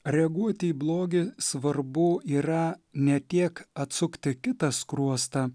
reaguoti į blogį svarbu yra ne tiek atsukti kitą skruostą